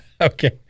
okay